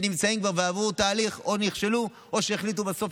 שנמצאים כבר ועברו תהליך ואו נכשלו או שהחליטו בסוף,